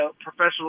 professional